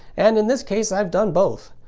and in this case, i've done both.